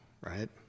right